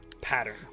pattern